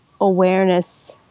awareness